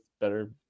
better